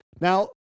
Now